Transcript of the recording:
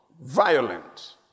violent